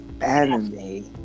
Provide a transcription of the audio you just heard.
anime